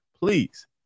please